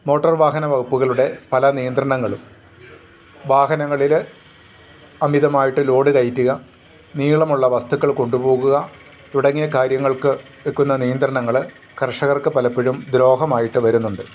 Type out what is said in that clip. motor വാഹന വകുപ്പുകളുടെ പല നിയന്ത്രണങ്ങളും വാഹനങ്ങളിൽ അമിതമായിട്ട് ലോഡ് കയറ്റുക നീളമുള്ള വസ്തുക്കൾ കൊണ്ടു പോകുക തുടങ്ങിയ കാര്യങ്ങൾക്ക് വെക്കുന്ന നിയന്ത്രണങ്ങൾ കർഷകർക്ക് പലപ്പോഴും ദ്രോഹമായിട്ട് വരുന്നുണ്ട്